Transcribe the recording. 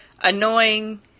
annoying